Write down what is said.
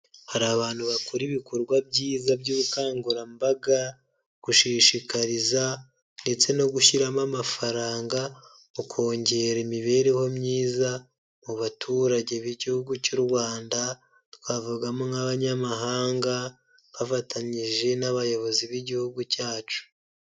Hari abantu bakora ibikorwa byiza by'ubukangurambaga gushishikariza ndetse no gushyiramo amafaranga mu kongera imibereho myiza mu baturage b'igihugu cy'u Rwanda, twavugamo nk'abanyamahanga bafatanyije n'abayobozi b'igihugu cyacu.